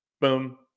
Boom